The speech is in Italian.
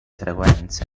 frequenze